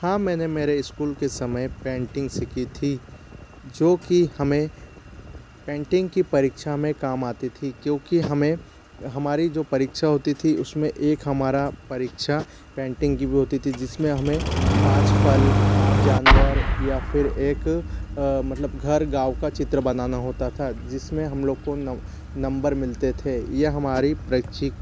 हाँ मैंने मेरे स्कूल के समय पैंटिंग सीखी थी जो कि हमें पैंटिंग की परीक्षा में काम आती थी क्योंकि हमें हमारी जो परीक्षा होती थी उसमे एक हमारा परीक्षा पैंटिंग की भी होती थी जिसमे हमें पाँच फल पाँच जानवर या फिर एक मतलब घर गाँव का चित्र बनाना होता था जिसमें हम लोग को नम्बर मिलते थे यह हमारी परीक्षा